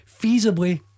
feasibly